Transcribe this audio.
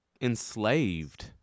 enslaved